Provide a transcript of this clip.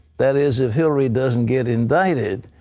that is if hillary doesn't get indicted.